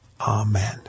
Amen